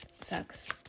Sucks